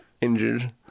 Injured